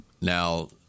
Now